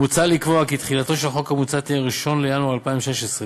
מוצע לקבוע כי תחילתו של החוק המוצע תהיה ביום 1 בינואר 2016,